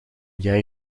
jij